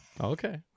okay